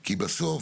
כי בסוף,